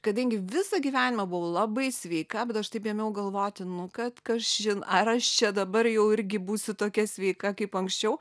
kadangi visą gyvenimą buvau labai sveika bet aš taip ėmiau galvoti kad kažin ar aš čia dabar jau irgi būsiu tokia sveika kaip anksčiau